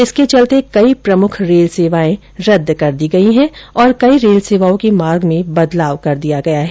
इसके चलते कई प्रमुख रेल सेवाएं रद्द कर दी गयी हैं और कई रेल सेवाओं के मार्ग में बदलाव कर दिया गया है